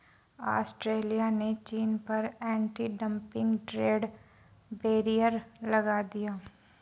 Australia ने चीन पर एंटी डंपिंग ट्रेड बैरियर लगा दिया